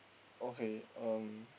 okay uh